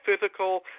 physical